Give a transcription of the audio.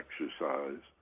exercise